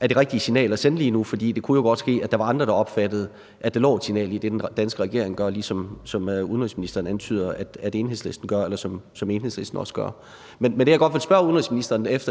er det rigtige signal at sende lige nu, for det kunne jo godt ske, at der var andre, der opfattede, at der lå et signal i det, den danske regering gør, ligesom udenrigsministeren antyder at Enhedslisten gør – hvad Enhedslisten også gør. Men det, jeg godt vil spørge udenrigsministeren om, er: